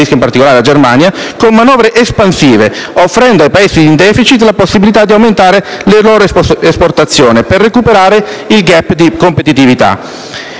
stimolino la loro domanda interna con manovre espansive, offrendo ai Paesi in *deficit* la possibilità di aumentare le loro esportazioni per recuperare il *gap* di competitività.